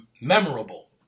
memorable